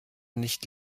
nicht